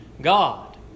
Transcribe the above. God